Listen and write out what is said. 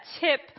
tip